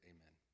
Amen